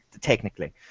technically